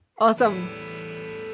Awesome